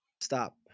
Stop